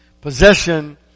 possession